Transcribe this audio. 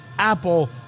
Apple